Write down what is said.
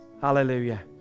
hallelujah